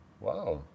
Wow